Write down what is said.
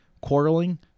quarreling